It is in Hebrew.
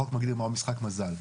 החוק מגדיר מהו משחק מזל.